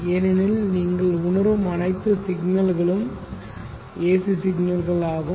ஏனெனில் நீங்கள் உணரும் அனைத்து சிக்னல்களும் AC சிக்னல்கள் ஆகும்